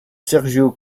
sergio